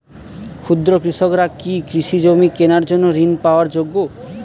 ক্ষুদ্র কৃষকরা কি কৃষিজমি কেনার জন্য ঋণ পাওয়ার যোগ্য?